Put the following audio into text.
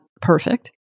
perfect